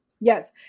yes